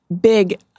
big